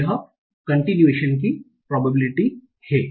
तो यह continuation की probability है